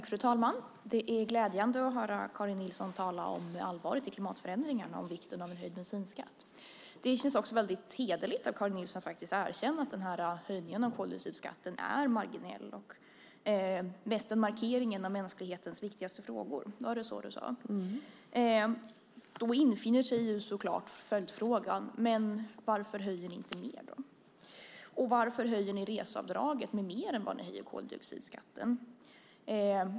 Fru talman! Det är glädjande att höra Karin Nilsson talar om allvaret i klimatförändringarna och vikten av en höjd bensinskatt. Det känns också väldigt hederligt av Karin Nilsson att erkänna att höjningen av koldioxidskatten är marginell och mest en markering i en av mänsklighetens viktigaste frågor. Jag tror att det var så du sade. Då infinner sig följdfrågan: Varför höjer ni inte mer, och varför höjer ni reseavdraget med mer än ni höjer koldioxidskatten?